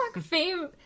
fame